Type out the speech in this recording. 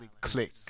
Click